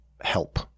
help